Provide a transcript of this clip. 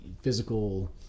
physical